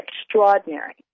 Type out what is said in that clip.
extraordinary